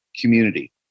community